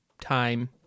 time